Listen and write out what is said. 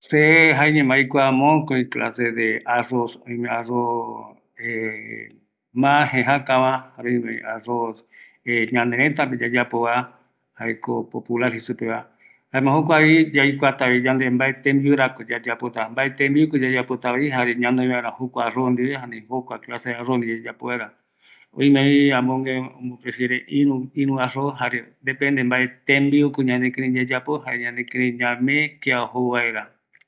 Oimeko mokoɨ arroz reta, arroz popular jare arroz industral, erei mokoireve ayeporu, ereï yaikuatavi mbae tembiuko yayapotava, jare yaiporu vaera kua reta, oime soparara, tostada jei supretavavi